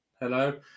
Hello